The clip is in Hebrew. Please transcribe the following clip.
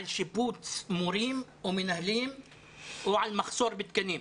שיבוץ מורים או מנהלים או על מחסור בתקנים.